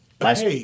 Last